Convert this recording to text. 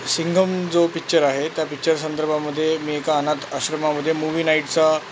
सिंघम जो पिक्चर आहे त्या पिक्चर संदर्भामध्ये मी एका अनाथ आश्रमामध्ये मूव्ही नाईटचा